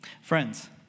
Friends